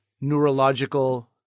neurological